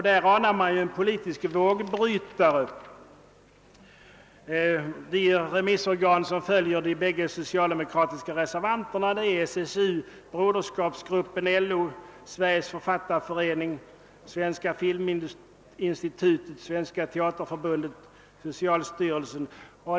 Där anar man en politisk vågbrytare. De remissorgan som följer de bägge socialdemokratiska reservanterna är SSU, Broderskapsgruppen, LO, Sveriges = författarförening, Svenska filminstitutet, Svenska teaterförbundet och socialstyrelsen.